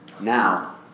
now